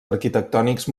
arquitectònics